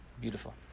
Beautiful